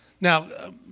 Now